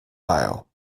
isle